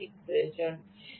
আরও সঠিক প্রয়োজন